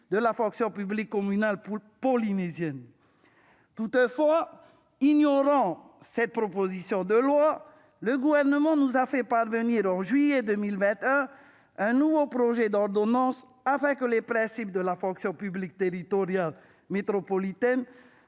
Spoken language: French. de la fonction publique communale polynésienne. Toutefois, ignorant cette proposition de loi, le Gouvernement nous a fait parvenir en juillet 2021 un nouveau projet d'ordonnance afin que les principes de la fonction publique territoriale métropolitaine